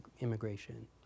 immigration